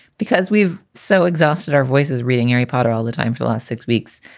because we've so exhausted our voices reading harry potter all the time. for the last six weeks,